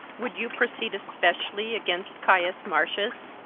would you proceed especially against caius marcius?